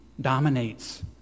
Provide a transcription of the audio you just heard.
dominates